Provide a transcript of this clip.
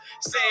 Say